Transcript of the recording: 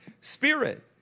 spirit